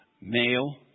male